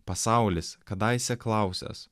pasaulis kadaise klausęs